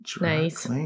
nice